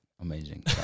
Amazing